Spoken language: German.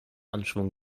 anschwung